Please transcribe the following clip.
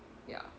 ya